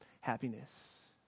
happiness